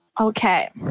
Okay